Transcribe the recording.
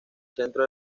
centro